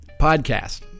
podcast